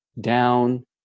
down